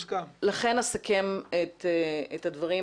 בסדר.